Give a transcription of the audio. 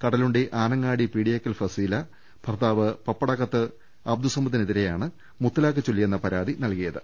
കട ലുണ്ടി ആനങ്ങാടി പീടിയേക്കൽ ഫസീല ഭർത്താവ് പപ്പടകത്ത് അബ്ദുസ മദിനെതിരായാണ് മുത്തലാഖ് ചൊല്ലിയെന്ന പരാതി നൽകിയത്